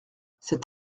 cet